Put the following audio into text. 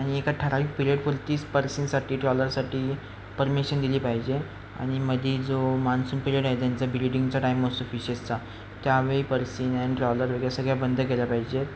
आणि एका ठराविक पिरियडपुरतीच पर्सिनसाठी ट्रॉलरसाठी परमिशन दिली पाहिजे आणि मध्ये जो मान्सून पिरियड आहे त्यांचा ब्रिडिंगचा टाईम असतो फिशेसचा त्यावेळी पर्सिन आणि ट्रॉलर वगैरे सगळ्या बंद केला पाहिजेत